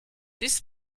this